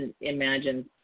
imagine